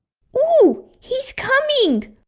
oooh! he's coming!